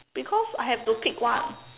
because I have to pick one